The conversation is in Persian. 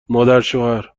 مادرشوهرچشمت